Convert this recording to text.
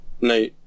No